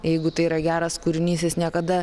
jeigu tai yra geras kūrinys jis niekada